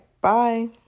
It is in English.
Bye